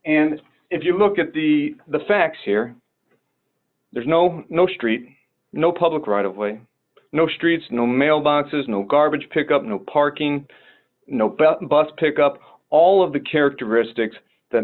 and if you look at the the facts here there's no no street no public right of way no streets no mailboxes no garbage pickup no parking no bell bus pick up all of the characteristics that